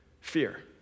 fear